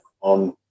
on